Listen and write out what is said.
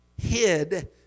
hid